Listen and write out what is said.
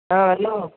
hello